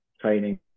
training